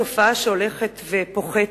תופעה שהולכת ופוחתת.